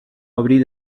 obrir